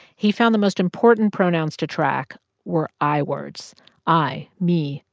he found the most important pronouns to track were i words i, me,